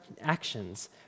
actions